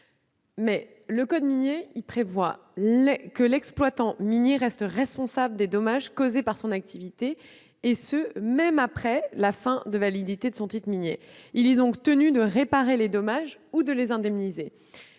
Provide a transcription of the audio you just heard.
Le code minier prévoit que l'exploitant minier reste responsable des dommages causés par son activité, et ce même après la fin de la validité de son titre minier. Il est donc tenu de réparer les dommages ou de les indemniser.